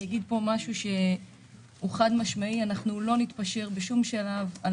אגיד פה משהו שהוא חד-משמעי: אנחנו לא נתפשר בשום שלב על